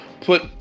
put